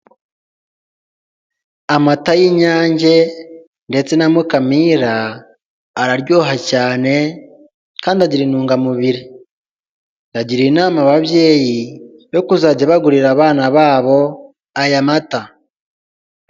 Amata y'inyange ndetse na Mukamira, araryoha cyane kandi agira intungamubiri, ndagira inama ababyeyi yo kuzajya bagurira abana babo aya mata.